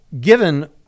Given